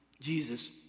Jesus